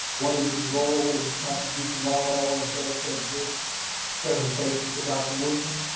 what is his role? what is his contribution? why would i want to dedicate this presentation to dr. woodson.